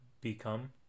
become